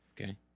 Okay